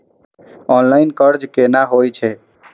Online कर्ज केना होई छै?